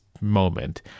moment